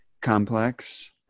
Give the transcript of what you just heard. complex